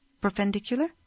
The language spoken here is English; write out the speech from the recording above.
Perpendicular